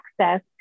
access